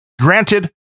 granted